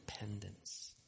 Independence